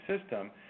system